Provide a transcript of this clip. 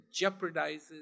jeopardizes